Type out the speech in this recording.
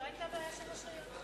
לא היתה בעיה של השעיה.